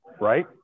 right